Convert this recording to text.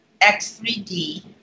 X3D